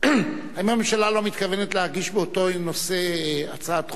האם הממשלה לא מתכוונת להגיש באותו נושא הצעת חוק?